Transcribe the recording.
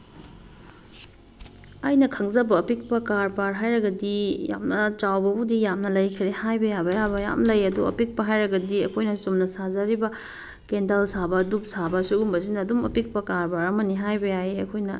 ꯑꯩꯅ ꯈꯪꯖꯕ ꯑꯄꯤꯛꯄ ꯀꯔꯕꯥꯔ ꯍꯥꯏꯔꯒꯗꯤ ꯌꯥꯝꯅ ꯆꯥꯎꯕꯕꯨꯗꯤ ꯌꯥꯝꯅ ꯂꯩꯈ꯭ꯔꯦ ꯍꯥꯏꯕ ꯌꯥꯕ ꯌꯥꯕ ꯌꯥꯝ ꯂꯩ ꯑꯗꯣ ꯑꯄꯤꯛꯄ ꯍꯥꯏꯔꯒꯗꯤ ꯑꯩꯈꯣꯏꯅ ꯆꯨꯝꯅ ꯁꯥꯖꯔꯤꯕ ꯀꯦꯟꯗꯜ ꯁꯥꯕ ꯗꯨꯛ ꯁꯥꯕ ꯁꯨꯒꯨꯝꯕꯁꯤꯅ ꯑꯗꯨꯝ ꯑꯄꯤꯛꯄ ꯀꯔꯕꯥꯔ ꯑꯃꯅꯦ ꯍꯥꯏꯕ ꯌꯥꯏꯌꯦ ꯑꯩꯈꯣꯏꯅ